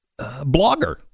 blogger